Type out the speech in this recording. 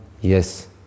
yes